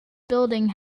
building